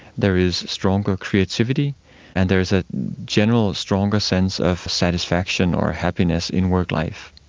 there is stronger creativity and there is a general stronger sense of satisfaction or happiness in work life.